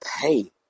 pay